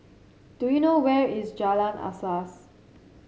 do you know where is Jalan Asas